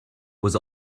was